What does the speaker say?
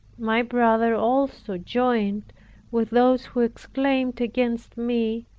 my brother also joined with those who exclaimed against me,